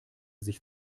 sich